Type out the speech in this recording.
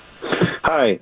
Hi